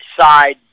side